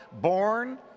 Born